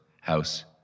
house